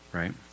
right